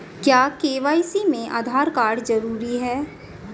क्या के.वाई.सी में आधार कार्ड जरूरी है?